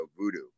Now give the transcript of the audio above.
voodoo